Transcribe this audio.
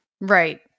Right